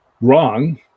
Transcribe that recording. wrong